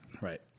right